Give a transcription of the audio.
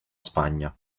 spagna